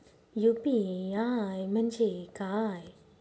UPI म्हणजे काय?